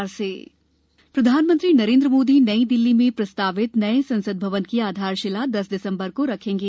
संसद भवन प्रधानमंत्री नरेंद्र मोदी नई दिल्ली में प्रस्तावित नए संसद भवन की आधारशिला दस दिसंबर को रखेंगे